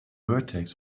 vertex